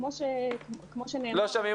כמו שנאמר